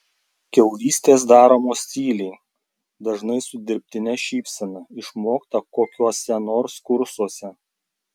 kiaulystės daromos tyliai dažnai su dirbtine šypsena išmokta kokiuose nors kursuose